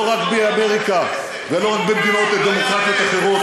לא רק באמריקה ולא רק במדינות דמוקרטיות אחרות,